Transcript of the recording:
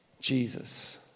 Jesus